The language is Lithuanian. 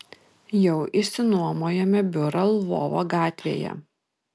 jau išsinuomojome biurą lvovo gatvėje